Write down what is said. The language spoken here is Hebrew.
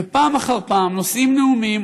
ופעם אחר פעם נושאים נאומים,